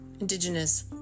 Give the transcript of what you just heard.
indigenous